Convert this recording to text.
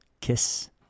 kiss